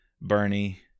Bernie